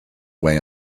way